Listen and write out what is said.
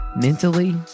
mentally